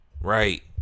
Right